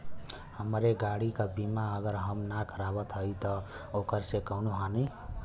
हमरे गाड़ी क बीमा अगर हम ना करावत हई त ओकर से कवनों हानि?